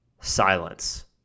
silence